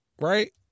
right